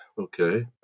Okay